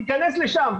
תיכנס לשם,